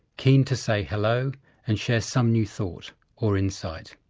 keen to say hello and share some new thought or insight.